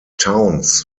towns